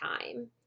time